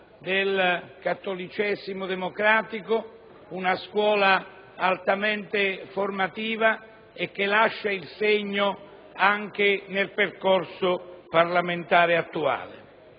del cattolicesimo democratico, una scuola altamente formativa e che lascia il segno anche nel percorso parlamentare attuale.